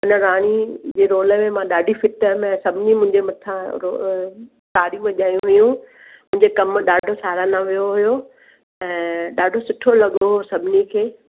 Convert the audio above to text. उन राणीअ जे रोल में मां ॾाढी फिट हुअमि ऐं सभिनि मुंहिंजे मथां तारियूं वॼायूं हुयूं मुंहिंजे कमु ॾाढो साहराना वियो हुओ ऐं ॾाढो सुठो लॻो हुओ सभिनी खे